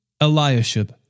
Eliashib